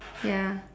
ya